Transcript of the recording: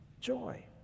joy